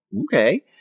okay